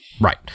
Right